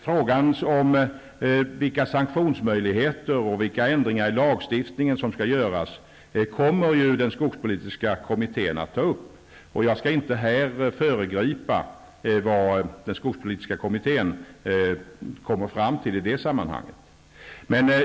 När det gäller vilka sanktionsmöjligheter som behövs och vilka ändringar i lagstiftningen som behöver göras, är det frågor som den skogspolitiska kommittén kommer att ta upp, och jag skall inte här föregripa vad den skogspolitiska kommittén kommer fram till i det sammanhanget.